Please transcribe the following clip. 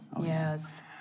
Yes